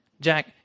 jack